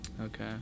Okay